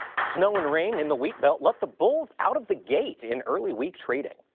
snow and rain in the wheat belt let the bulls out of the gate in early week trading.